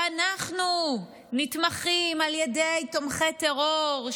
שאנחנו נתמכים על ידי תומכי טרור,